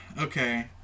okay